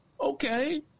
Okay